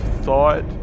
thought